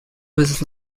was